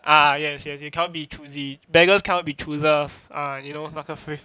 ah yes yes you cannot be choosy beggars cannot be choosers ah you know 那个 phrase